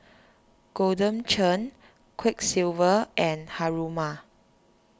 Golden Churn Quiksilver and Haruma